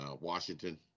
Washington